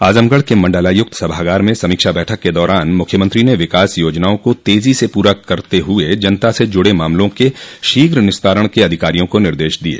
आजमगढ़ के मंडलायुक्त सभागार में समीक्षा बैठक के दौरान मुख्यमंत्री ने विकास योजनाओं को तेजी से पूरा करते हुये जनता से जुड़े मामलों के शीघ्र निस्तारण के अधिकारियों को निर्देश दिये